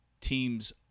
teams